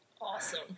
Awesome